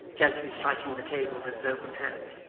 gently striking the table with his open hand.